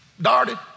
darted